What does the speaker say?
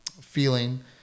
feeling